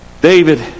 David